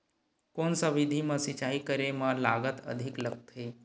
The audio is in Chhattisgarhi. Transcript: कोन सा विधि म सिंचाई करे म लागत अधिक लगथे?